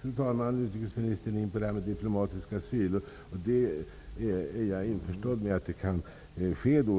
Fru talman! Nu går utrikesministern in på frågan om diplomatisk asyl. Jag är införstådd med att diplomatisk asyl